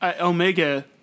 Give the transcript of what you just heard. Omega